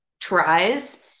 tries